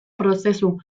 prozesu